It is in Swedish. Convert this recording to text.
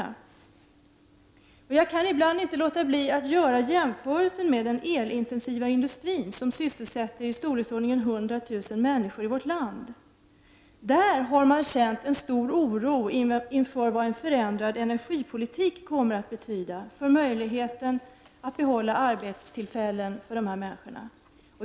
Jag kan ibland inte låta bli att göra jämförelser med den elintensiva industrin, som sysselsätter i storleksordningen 100 000 människor i vårt land. Där har man känt en stor oro inför vad en förändrad energipolitik kommer att betyda för möjligheten att behålla arbetstillfällen för dessa människor.